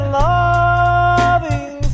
loving